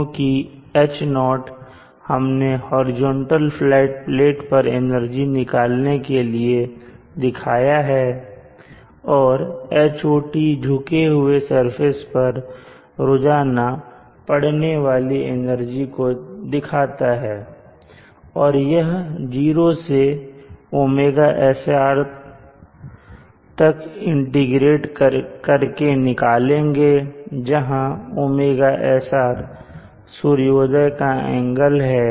क्योंकि Ho हमने horizontal plate plate पर एनर्जी निकालने के लिए दिखाया है और Hot झुके हुए सरफेस पर रोजाना पढ़ने वाली एनर्जी को दिखाता है और यह 0 से ωsr तक इंटीग्रेट करके निकालेंगे जहां ωsr सूर्योदय का एंगल है